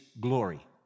glory